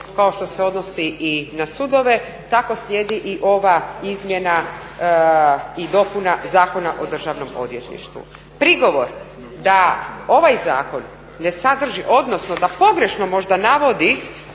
kao što se odnosi i na sudove, tako slijedi i ova izmjena i dopuna Zakona o državnom odvjetništvu. Prigovor da ovaj zakon ne sadrži odnosno da pogrešno možda navodi